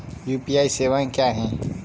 UPI सवायें क्या हैं?